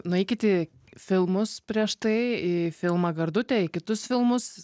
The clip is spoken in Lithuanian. nueikit į filmus prieš tai į filmą gardutė į kitus filmus